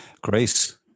Grace